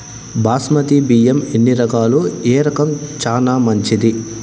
బాస్మతి బియ్యం ఎన్ని రకాలు, ఏ రకం చానా మంచిది?